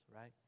right